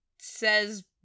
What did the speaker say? says